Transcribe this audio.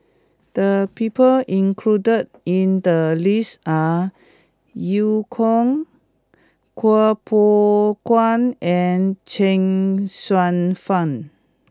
the people included in the list are Eu Kong Kuo Pao Kun and Chuang Hsueh Fang